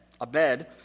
abed